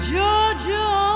Georgia